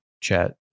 chat